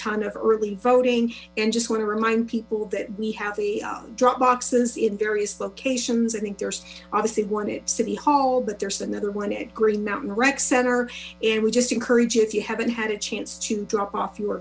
ton of early voting and just want to remind people that we have a drop boxes in various locations i think there's obviously wanted city hall but there's another one at green rec center and we just encourage you if you haven't had a chance to drop off your